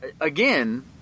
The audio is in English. again